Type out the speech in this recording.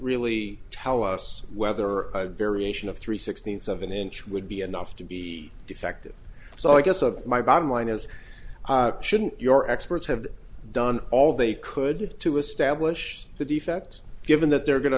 really tell us whether a variation of three sixteenth's of an inch would be enough to be effective so i guess a my bottom line is shouldn't your experts have done all they could to establish the defects given that they're going to